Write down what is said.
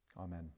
Amen